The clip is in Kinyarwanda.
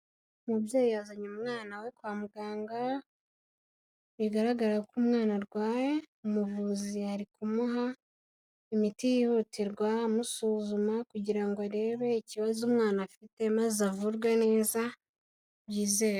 Umubyeyi yazanye umwana we kwa muganga, bigaragara ko umwana arwaye, umuvuzi ari kumuha imiti yihutirwa amusuzuma kugira ngo arebe ikibazo umwana afite maze avurwe neza byizewe.